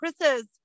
chris's